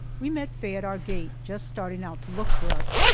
we met faye at our gate, just starting out to look for us.